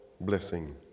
blessing